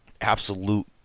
absolute